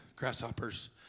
grasshoppers